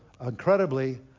incredibly